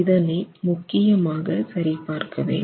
இதனை முக்கியமாக சரிபார்க்க வேண்டும்